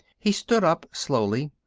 he stood up slowly.